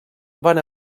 van